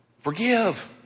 Forgive